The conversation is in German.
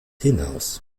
hinaus